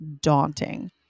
daunting